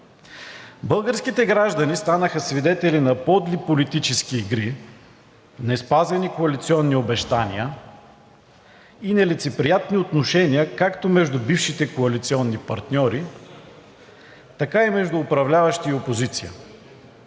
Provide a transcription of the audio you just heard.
Българските граждани станаха свидетели на подли политически игри, неспазени коалиционни обещания и нелицеприятни отношения както между бившите коалиционни партньори, така и между управляващи и опозиция.